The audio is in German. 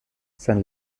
sein